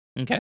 Okay